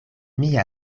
mia